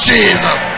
Jesus